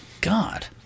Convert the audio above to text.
God